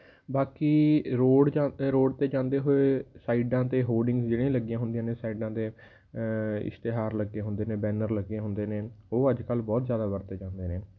ਬਾਕੀ ਰੋਡ ਜਾਂ ਰੋਡ 'ਤੇ ਜਾਂਦੇ ਹੋਏ ਸਾਈਡਾਂ 'ਤੇ ਹੋਰਡਿੰਗਜ਼ ਜਿਹੜੀਆਂ ਲੱਗੀਆਂ ਹੁੰਦੀਆਂ ਨੇ ਸਾਈਡਾਂ 'ਤੇ ਇਸ਼ਤਿਹਾਰ ਲੱਗੇ ਹੁੰਦੇ ਨੇ ਬੈਨਰ ਲੱਗੇ ਹੁੰਦੇ ਨੇ ਉਹ ਅੱਜ ਕੱਲ੍ਹ ਬਹੁਤ ਜ਼ਿਆਦਾ ਵਰਤੇ ਜਾਂਦੇ ਨੇ